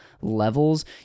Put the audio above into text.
levels